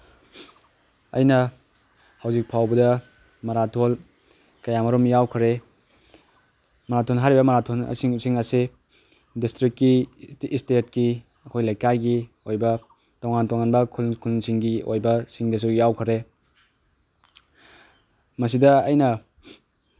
ꯑꯩꯅ ꯍꯧꯖꯤꯛꯐꯥꯎꯕꯗ ꯃꯔꯥꯊꯣꯟ ꯀꯌꯥꯃꯔꯣꯝ ꯌꯥꯎꯈ꯭ꯔꯦ ꯃꯔꯥꯊꯣꯟ ꯍꯥꯏꯔꯤꯕ ꯃꯔꯥꯊꯣꯟ ꯑꯁꯤꯡ ꯑꯁꯤꯡ ꯑꯁꯤ ꯗꯤꯁꯇ꯭ꯔꯤꯛꯀꯤ ꯏꯁꯇꯦꯠꯀꯤ ꯑꯩꯈꯣꯏ ꯂꯩꯀꯥꯏꯒꯤ ꯑꯣꯏꯕ ꯇꯣꯉꯥꯟ ꯇꯣꯉꯥꯟꯕ ꯈꯨꯟ ꯈꯨꯟꯁꯤꯡꯒꯤ ꯑꯣꯏꯕ ꯁꯤꯡꯗꯁꯨ ꯌꯥꯎꯈꯔꯦ ꯃꯁꯤꯗ ꯑꯩꯅ